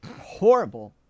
horrible